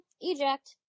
Eject